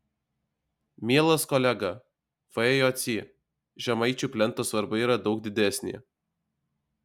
mielas kolega v jocy žemaičių plento svarba yra daug didesnė